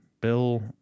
bill